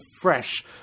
fresh